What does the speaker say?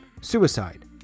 suicide